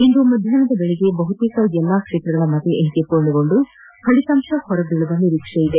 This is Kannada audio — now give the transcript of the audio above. ಇಂದು ಅಪರಾಹ್ನದ ವೇಳೆಗೆ ಬಹುತೇಕ ಎಲ್ಲ ಕ್ಷೇತ್ರಗಳ ಮತ ಎಣಿಕೆ ಪೂರ್ಣಗೊಂಡು ಫಲಿತಾಂಶ ಹೊರಬೀಳುವ ನಿರೀಕ್ಷೆ ಇದೆ